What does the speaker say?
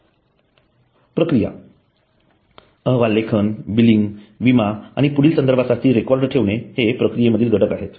प्रक्रिया अहवाल लेखन बिलिंग विमा आणि पुढील संदर्भासाठी रेकॉर्ड ठेवणे हे प्रक्रियेमधील घटक आहेत